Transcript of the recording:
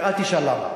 ואל תשאל למה,